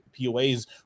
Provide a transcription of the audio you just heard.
poas